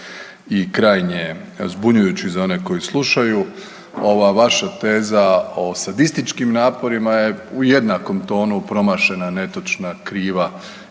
i krajnje zbunjujući za one koji slušaju, ova vaša teza o sadističkim naporima je u jednakom tonu promašena, netočna, kriva